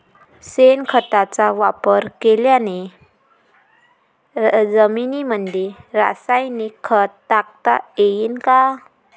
शेणखताचा वापर केलेल्या जमीनीमंदी रासायनिक खत टाकता येईन का?